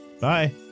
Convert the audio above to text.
Bye